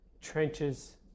trenches